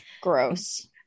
Gross